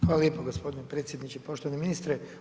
Hvala lijepo gospodine predsjedniče, poštovani ministre.